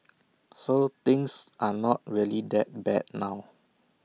so things are not really that bad now